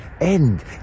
end